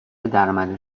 درآمد